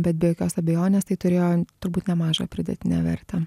bet be jokios abejonės tai turėjo turbūt nemažą pridėtinę vertę